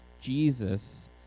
Jesus